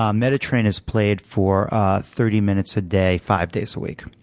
um meta train is played for thirty minutes a day, five days a week.